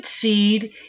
seed